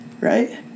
right